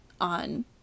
on